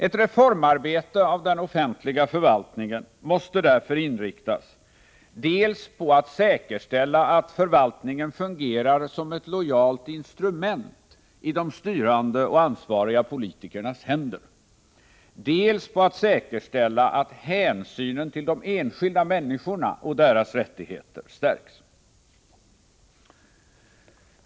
Ett reformarbete av den offentliga förvaltningen måste därför inriktas dels på att säkerställa att förvaltningen fungerar som ett lojalt instrument i de styrande och ansvariga politikernas händer, dels på att säkerställa att hänsynen till de enskilda människorna och deras rättigheter stärks.